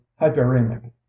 hyperemic